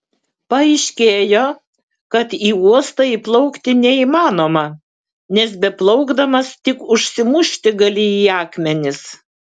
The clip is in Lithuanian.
paaiškėjo kad į uostą įplaukti neįmanoma nes beplaukdamas tik užsimušti gali į akmenis